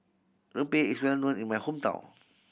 rempeyek is well known in my hometown